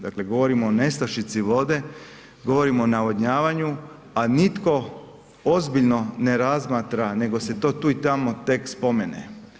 Dakle, govorimo o nestašici vode, govorimo o navodnjavanju, a nitko ozbiljno ne razmatra nego se to tu i tamo tek spomene.